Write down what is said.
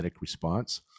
response